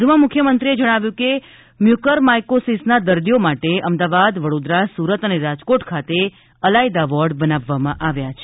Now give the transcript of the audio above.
વધુમાં મુખ્યમંત્રીએ જણાવ્યું કે મ્યુકરમાઈકોસિસના દર્દીઓ માટે અમદાવાદ વડોદરા સુરત રાજકોટ ખાતે અલાયદા વોર્ડ બનાવવામાં આવ્યા છે